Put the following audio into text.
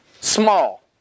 small